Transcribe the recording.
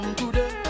today